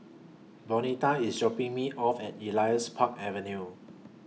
Bonita IS dropping Me off At Elias Park Avenue